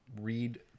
Read